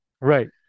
Right